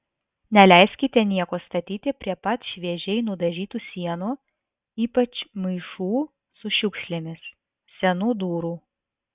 neleiskite nieko statyti prie pat šviežiai nudažytų sienų ypač maišų su šiukšlėmis senų durų